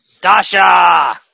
Dasha